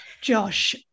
Josh